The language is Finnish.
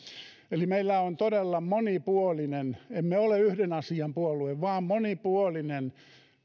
eli meillä on todella monipuolinen emme ole yhden asian puolue vaan monipuolinen